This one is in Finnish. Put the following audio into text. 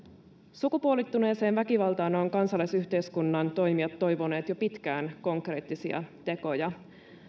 sukupuolittuneeseen väkivaltaan ovat kansalaisyhteiskunnan toimijat toivoneet jo pitkään konkreettisia tekoja